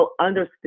understand